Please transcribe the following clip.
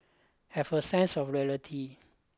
have a sense of reality